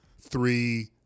three